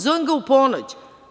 Zovem ga u ponoć.